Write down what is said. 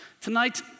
Tonight